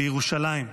לירושלים.